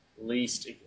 least